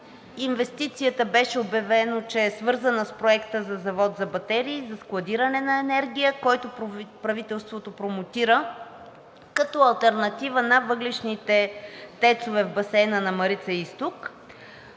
Инвестицията беше обявено, че е свързана с Проекта за завод за батерии за складиране на енергия, който правителството промотира като алтернатива на въглищните ТЕЦ-ове в басейна на Марица изток,